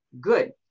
good